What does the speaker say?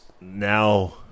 now